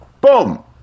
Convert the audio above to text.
Boom